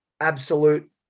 absolute